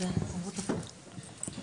זה סעיף מאוד